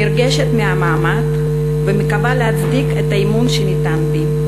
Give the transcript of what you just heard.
נרגשת מהמעמד ומקווה להצדיק את האמון שניתן בי.